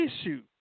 issue